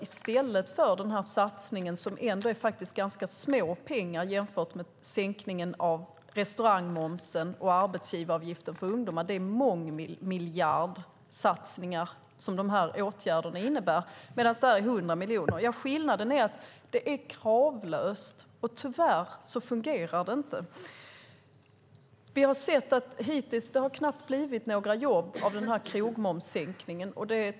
De andra åtgärder som regeringen hänvisar till och som man gör i stället är sänkning av restaurangmomsen och sänkning av arbetsgivaravgifter för ungdomar, vilket är mångmiljardsatsningar. Skillnaden är att det är kravlöst, och det fungerar tyvärr inte. Hittills har det knappt blivit några jobb av krogmomssänkningen.